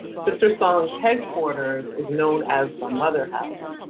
sistersong's headquarters is known as the motherhouse.